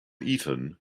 eaten